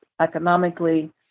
economically